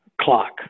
clock